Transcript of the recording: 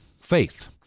faith